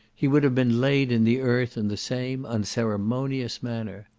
he would have been laid in the earth in the same unceremonious manner.